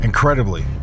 Incredibly